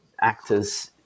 actors